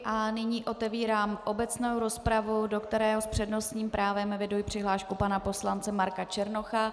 A nyní otevírám obecnou rozpravu, do které s přednostním právem eviduji přihlášku pana poslance Marka Černocha.